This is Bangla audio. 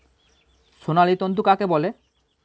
সোনালী তন্তু কাকে বলে?